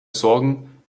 sorgen